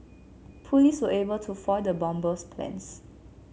police were able to foil the bomber's plans